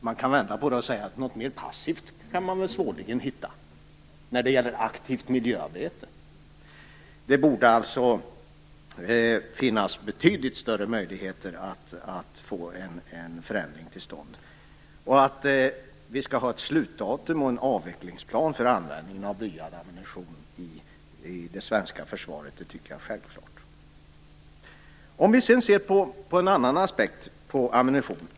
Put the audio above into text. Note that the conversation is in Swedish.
Man kan vända på det och säga att något mera passivt kan svårligen hittas när det gäller aktivt miljöarbete. Det borde alltså finnas betydligt större möjligheter att få en förändring till stånd. Att vi skall ha ett slutdatum och en avvecklingsplan för användningen av blyad ammunition i det svenska försvaret tycker jag är en självklarhet. Så till en annan aspekt på ammunitionen.